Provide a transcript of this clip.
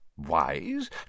Wise